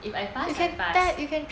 if I pass I pass